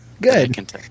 Good